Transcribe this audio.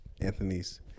Anthony's